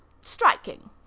striking